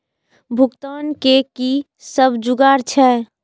भुगतान के कि सब जुगार छे?